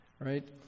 right